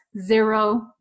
zero